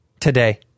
today